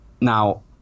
Now